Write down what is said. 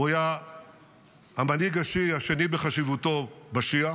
הוא היה המנהיג השיעי השני בחשיבותו בשיעה,